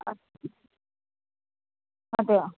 ആ അതെയോ